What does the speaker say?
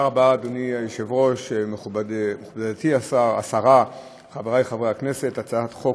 אני קובע כי הצעת החוק